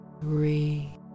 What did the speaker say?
three